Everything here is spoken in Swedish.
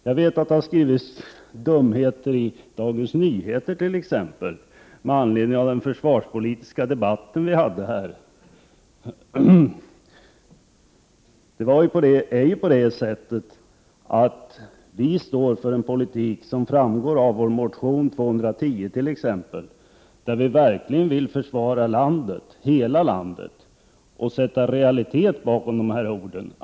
Jag vet att det har skrivits dumheter, i Dagens Nyheter t.ex., med anledning av den försvarspolitiska debatten i riksdagen. Vi står för en politik, vilket framgår av t.ex. vår motion 210, som innebär att vi verkligen vill försvara landet — hela landet — och sätta realitet bakom orden.